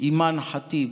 אימאן ח'טיב